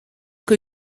que